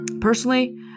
personally